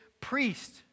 priest